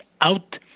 out